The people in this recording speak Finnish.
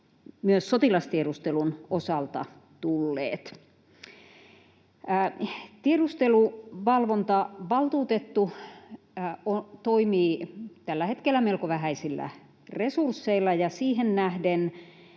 myös sotilastiedustelun osalta tulleet. Tiedusteluvalvontavaltuutettu toimii tällä hetkellä melko vähäisillä resursseilla, ja siihen nähden